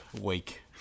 week